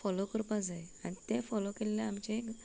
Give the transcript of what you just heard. follow करपाक जाय आनी तें फोलोक केल्ले आमचें